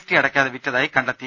T അടയ്ക്കാതെ വിറ്റതായി കണ്ടെത്തി